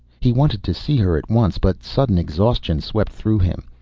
he wanted to see her at once, but sudden exhaustion swept through him.